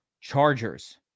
Chargers